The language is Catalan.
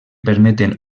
permeten